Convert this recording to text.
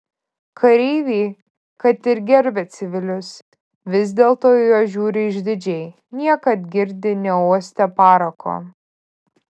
kareiviai kad ir gerbia civilius vis dėlto į juos žiūri išdidžiai niekad girdi neuostę parako